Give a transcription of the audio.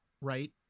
right